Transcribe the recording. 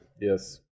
Yes